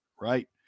right